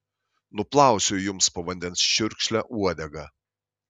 nuplausiu jums po vandens čiurkšle uodegą